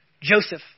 Joseph